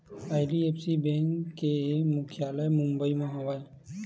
IDFC bank के मुख्यालय मुबई म हवय